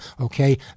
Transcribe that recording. okay